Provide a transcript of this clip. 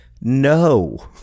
No